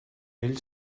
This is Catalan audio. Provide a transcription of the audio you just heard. ell